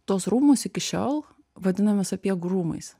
tuos rūmus iki šiol vadiname sapiegų rūmais